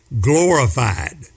glorified